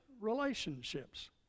relationships